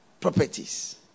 properties